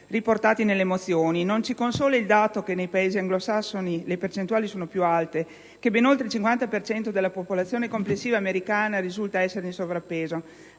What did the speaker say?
riportati nelle mozioni. Non ci consola il dato che nei Paesi anglosassoni le percentuali sono più alte, che ben oltre il 50 per cento della popolazione complessiva americana risulta essere in sovrappeso.